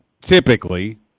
typically